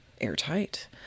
airtight